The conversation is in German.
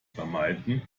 vermeiden